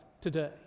today